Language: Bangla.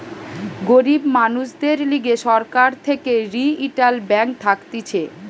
গরিব মানুষদের লিগে সরকার থেকে রিইটাল ব্যাঙ্ক থাকতিছে